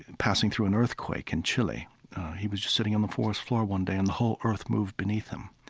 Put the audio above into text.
and passing through an earthquake in chile he was just sitting on the forest floor one day and the whole earth moved beneath him.